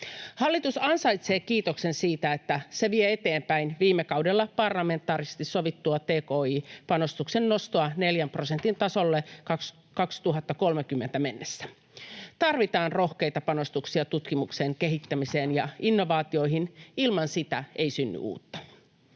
Hallitus ansaitsee kiitoksen siitä, että se vie eteenpäin viime kaudella parlamentaarisesti sovittua tki-panostuksen nostoa neljän prosentin tasolle 2030 mennessä. Tarvitaan rohkeita panostuksia tutkimukseen, kehittämiseen ja innovaatioihin. Ilman niitä ei synny uutta.